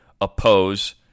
oppose